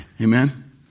Amen